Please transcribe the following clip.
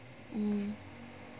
mm